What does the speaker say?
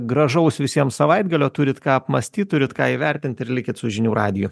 gražaus visiems savaitgalio turit ką apmąstyt turit ką įvertint ir likit su žinių radiju